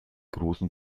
großen